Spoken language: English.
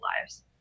lives